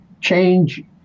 change